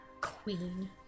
queen